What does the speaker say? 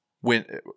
When-